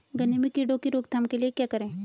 गन्ने में कीड़ों की रोक थाम के लिये क्या करें?